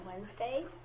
Wednesday